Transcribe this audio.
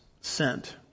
sent